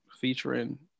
featuring